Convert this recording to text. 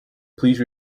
please